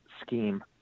scheme